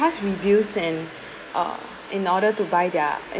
past reviews and uh in order to buy their